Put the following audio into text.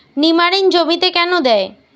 নিমারিন জমিতে কেন দেয়?